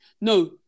No